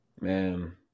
Man